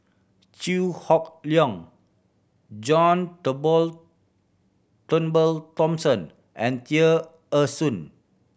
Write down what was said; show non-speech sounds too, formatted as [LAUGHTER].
Chew Hock Leong John Turnbull [UNINTELLIGIBLE] Thomson and Tear Ee Soon